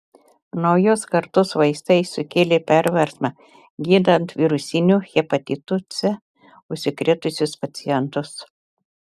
naujos kartos vaistai sukėlė perversmą gydant virusiniu hepatitu c užsikrėtusius pacientus